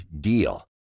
DEAL